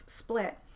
split